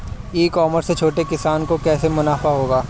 ई commerce से छोटे किसानों को कैसे मुनाफा होगा?